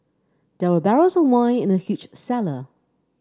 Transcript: there were barrels of wine in the huge cellar